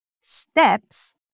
steps